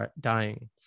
dying